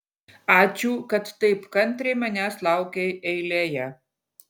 ačiū kad taip kantriai manęs laukei eilėje